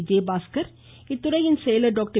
விஜயபாஸ்கர் அத்துறை செயலர் டாக்டர்